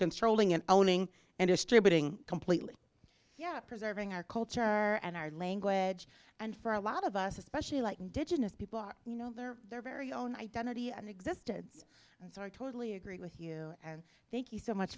controlling and owning and distributing completely yet preserving our culture and our language and for a lot of us especially like indigenous people are you know their their very own identity and existence so i totally agree with you and thank you so much